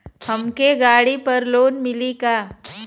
हमके गाड़ी पर लोन मिली का?